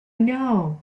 know